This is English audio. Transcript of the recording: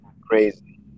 crazy